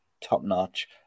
top-notch